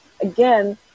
again